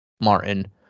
Martin